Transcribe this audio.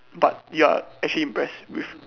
but you actually impressed with